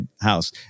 house